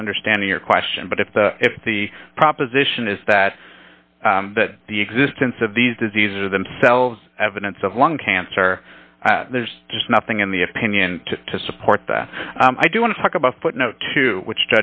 misunderstanding your question but if the if the proposition is that that the existence of these diseases are themselves evidence of lung cancer there's just nothing in the opinion to support that i do want to talk about but no to which